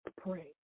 pray